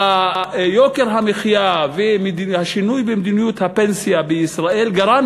יוקר המחיה והשינוי במדיניות הפנסיה בישראל גרמו